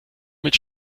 mit